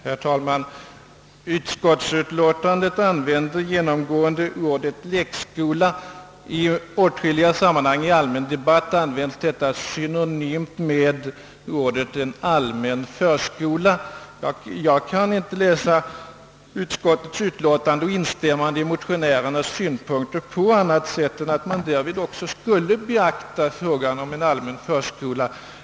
Herr talman! I utskottsutlåtandet användes ordet »lekskola» i olika sammanhang. I allmän debatt användes detta ord synonymt med »förskola». Jag kan inte läsa utskottets utlåtande och dess instämmande i motionärernas synpunkter på annat sätt än att man änser att även frågan om en allmän förskola skall beaktas.